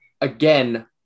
Again